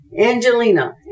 Angelina